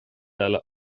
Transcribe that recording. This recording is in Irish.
eile